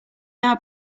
now